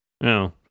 no